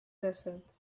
desert